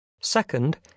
Second